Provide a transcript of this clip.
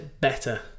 better